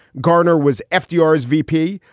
garner was f d r s v p.